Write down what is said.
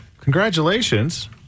Congratulations